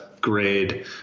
grade